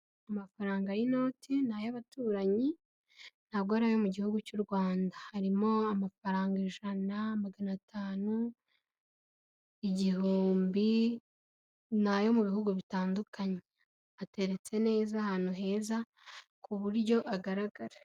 Amafaranga y'inoti, ni ay'abaturanyi ntabwo ari ayo mu gihugu cy'u Rwanda, harimo amafaranga ijana, magana atanu, igihumbi ni ayo mu bihugu bitandukanye, ateretse neza ahantu heza ku buryo agaragara.